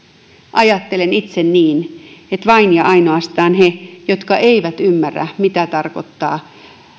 ajattelen itse niin että vain ja ainoastaan ne jotka eivät ymmärrä mitä tarkoittaa